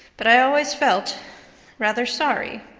but i always felt rather sorry.